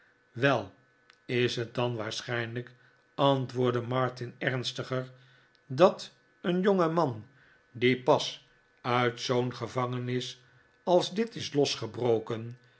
wel is het dan waarschijnlijk antwoordde martin ernstiger dat een jongeman die pas uit zoo'n gevangenis als dit is losgebroken